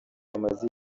bamaze